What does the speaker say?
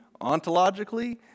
ontologically